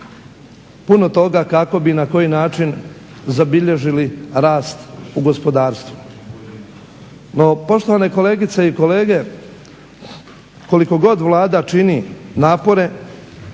puno toga kako bi i na koji način zabilježili rast u gospodarstvu. No, poštovane kolegice i kolege, koliko god Vlada čini napore